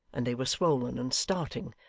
and they were swollen and starting,